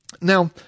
Now